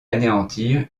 anéantir